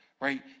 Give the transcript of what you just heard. right